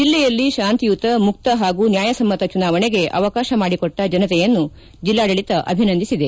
ಜಿಲ್ಲೆಯಲ್ಲಿ ಶಾಂತಿಯುತ ಮುಕ್ತ ಪಾಗೂ ನ್ಯಾಯಸಮ್ಮತ ಚುನಾವಣೆಗೆ ಅವಕಾಶ ಮಾಡಿ ಕೊಟ್ಟ ಜನತೆಯನ್ನು ಜಿಲ್ಲಾಡಳಿತ ಅಭಿನಂದಿಸಿದೆ